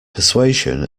persuasion